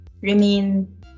remain